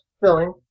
filling